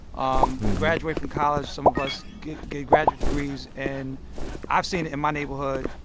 um graduate from college. some of us get get graduate degrees. and i've seen it in my neighborhood,